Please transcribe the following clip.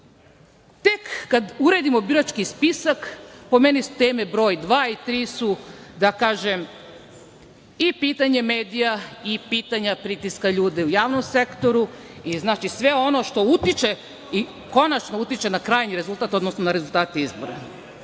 uredimo birački spisak po meni su teme broj 2. i 3. su da kažem, i pitanje medija i pitanja pritiska ljudi u javnom sektoru i znači sve ono što utiče i konačno utiče na krajnji rezultat, odnosno na rezultate